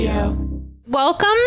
Welcome